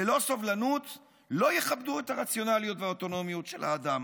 ללא סובלנות לא יכבדו את הרציונליות והאוטונומיות של האדם.